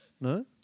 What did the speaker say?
No